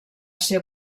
ser